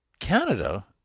Canada